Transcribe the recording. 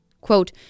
Quote